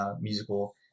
musical